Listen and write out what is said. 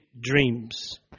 dreams